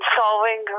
solving